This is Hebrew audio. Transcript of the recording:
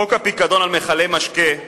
חוק הפיקדון על מכלי משקה,